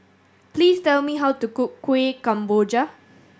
please tell me how to cook Kuih Kemboja